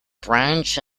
branch